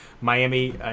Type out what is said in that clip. Miami